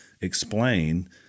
explain